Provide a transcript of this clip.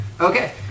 Okay